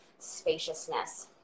spaciousness